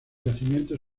yacimiento